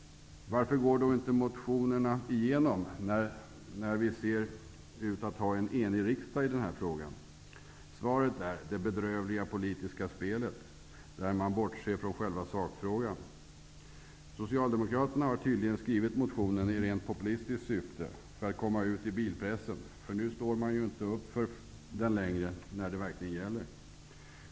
Varför tillstyrks inte motionerna när det verkar som om riksdagen är enig i denna fråga? Svaret är det bedrövliga politiska spelet, där man bortser från själva sakfrågan. Socialdemokraterna har tydligen skrivit motionen i rent populistiskt syfte för att komma ut i bilpressen. Men nu när det verkligen gäller står man inte längre bakom den.